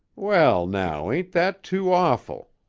well, now, ain't that too awful?